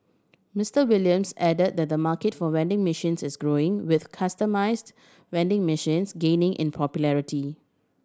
Mister Williams added that the market for vending machines is growing with customised vending machines gaining in popularity